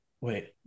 wait